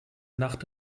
nacht